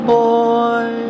boy